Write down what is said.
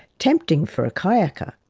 tempting for a kayaker.